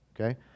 Okay